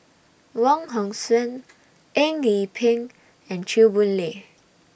Wong Hong Suen Eng Yee Peng and Chew Boon Lay